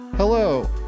Hello